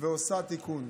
ועושה תיקון.